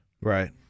Right